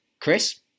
Chris